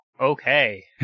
okay